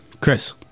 Chris